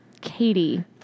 Katie